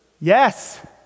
Yes